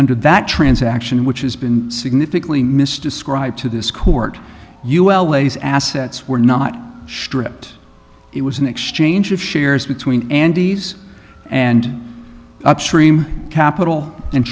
under that transaction which has been significantly missed described to this court ul ways assets were not sure that it was an exchange of shares between andy's and upstream capital and